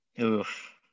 Oof